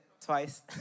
twice